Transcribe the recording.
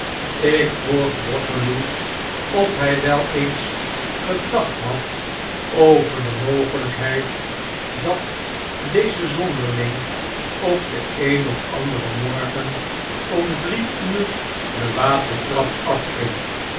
ik vroeg waterloo of hjj wel eens gedacht had over de mogelgkheid dat deze zonderling op den een of anderen morgen om drie uur de watertrap afging